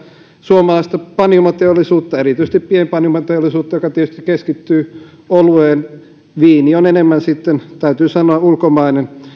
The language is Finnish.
suomalaista panimoteollisuutta erityisesti pienpanimoteollisuutta joka tietysti keskittyy olueen viini on enemmän sitten täytyy sanoa ulkomainen